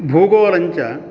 भूगोलञ्च